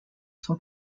son